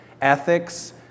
Ethics